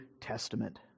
Testament